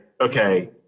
Okay